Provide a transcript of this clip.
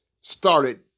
started